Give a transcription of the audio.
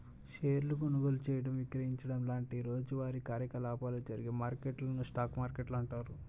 షేర్ల కొనుగోలు చేయడం, విక్రయించడం లాంటి రోజువారీ కార్యకలాపాలు జరిగే మార్కెట్లను స్టాక్ మార్కెట్లు అంటారు